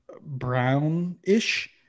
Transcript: brown-ish